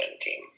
team